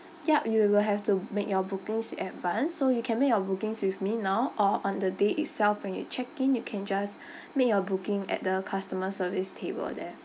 yup you will have to make your bookings advance so you can make your bookings with me now or on the day itself when you check in you can just make your booking at the customer service table there